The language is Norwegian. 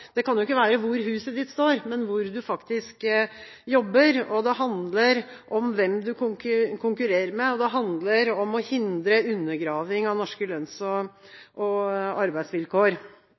ikke være hvor huset ditt står, men hvor du faktisk jobber. Det handler om hvem du konkurrerer med, og det handler om å hindre undergraving av norske lønns- og arbeidsvilkår.